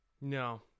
no